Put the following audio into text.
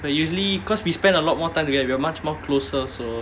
but usually because we spend a lot more time together we are much more closer so